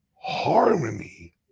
harmony